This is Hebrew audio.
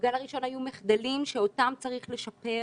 בגל הראשון היו מחדלים שאותם היה צריך לשפר